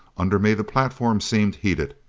under me the platform seemed heated.